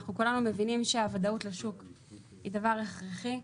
כולנו מבינים שהוודאות לשוק היא דבר הכרחי.